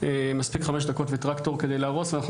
מספיק חמש דקות וטרקטור כדי להרוס ואנחנו